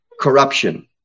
corruption